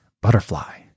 butterfly